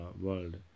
world